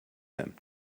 him